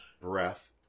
Breath